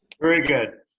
very good.